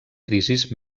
crisis